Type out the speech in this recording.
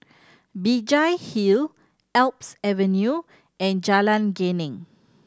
Binjai Hill Alps Avenue and Jalan Geneng